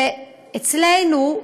שאצלנו,